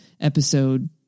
episode